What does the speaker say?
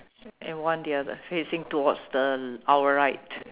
and one the other facing towards the our right